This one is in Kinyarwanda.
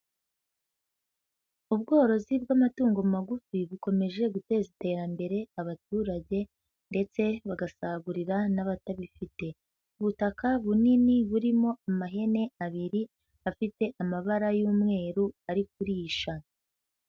Ubworozi bw'amatungo magufi bukomeje guteza iterambere abaturage ndetse bagasagurira n'abatabifite, ubutaka bunini burimo amahene abiri, afite amabara y'umweru ari kurisha.